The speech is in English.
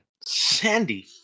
Sandy